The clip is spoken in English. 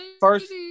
first